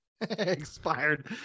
expired